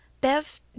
Bev